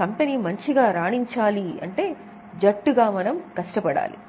company మంచిగా ఉండాలంటే జట్టుగా మనం మంచిగా ఉండాలి